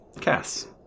Cass